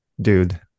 Dude